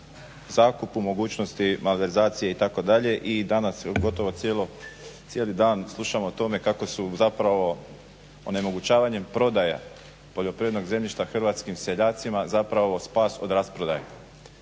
zakupu, mogućnosti malverzacije itd. i danas gotovo cijeli dan slušamo o tome kako su zapravo onemogućavanjem prodaja poljoprivrednog zemljišta hrvatskim seljacima zapravo spas od rasprodaje,